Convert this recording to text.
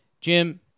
Jim